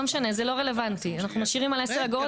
אנחנו משאירים על 10 אגורות.